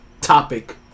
topic